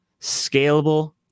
scalable